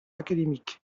académique